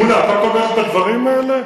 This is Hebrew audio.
מולה, אתה תומך בדברים האלה?